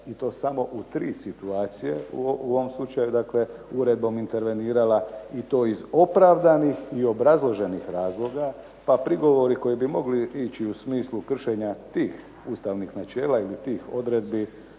i to samo u tri situacije, u ovom slučaju dakle uredbom intervenirala i to iz opravdanih i obrazloženih razloga pa prigovori koje bi mogli ići u smislu kršenja tih ustavnih načela ili tih odredbi